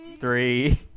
Three